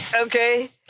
Okay